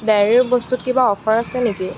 ডায়েৰীৰ বস্তুত কিবা অ'ফাৰ আছে নেকি